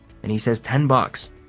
and he says ten bucks,